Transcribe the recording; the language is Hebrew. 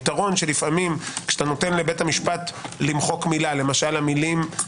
היתרון כשאתה נותן לבית משפט, למשל המילים,